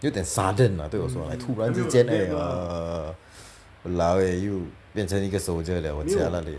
有一点 sudden ah 对我说 like 突然之间 eh err !walao! eh 又变成一个 soldier liao 很 jialat leh